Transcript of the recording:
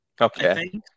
Okay